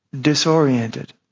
disoriented